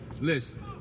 Listen